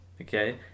okay